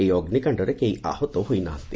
ଏହି ଅଗ୍ନିକାଣ୍ଡରେ କେହି ଆହତ ହୋଇନାହାନ୍ତି